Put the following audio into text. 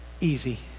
easy